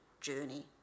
journey